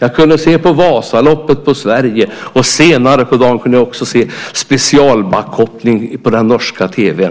Jag kunde se på Vasaloppet från Sverige, och senare på dagen kunde jag också se specialbackhoppning på norsk tv,